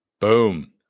Boom